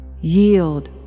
Yield